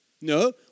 No